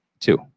two